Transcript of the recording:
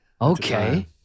Okay